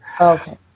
Okay